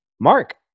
Mark